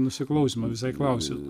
nusiklausymo visai klausiau